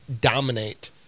dominate